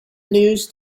news